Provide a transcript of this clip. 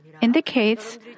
indicates